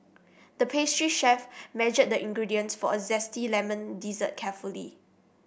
the pastry chef measured the ingredients for a zesty lemon dessert carefully